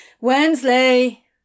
Wensley